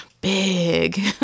Big